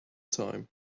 time